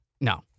no